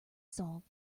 solved